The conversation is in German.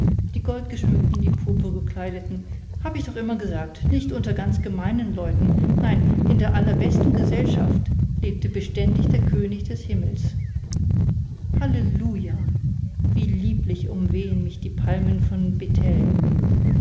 die goldgeschmückten die purpurgekleideten hab ich doch immer gesagt nicht unter ganz gemeinen leuten nein in der allerbesten gesellschaft lebte beständig der könig des himmels halleluja wie lieblich umwehen mich die palmen von